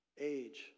age